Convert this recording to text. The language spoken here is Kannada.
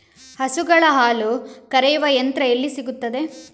ಹಸುಗಳ ಹಾಲು ಕರೆಯುವ ಯಂತ್ರ ಎಲ್ಲಿ ಸಿಗುತ್ತದೆ?